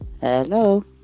Hello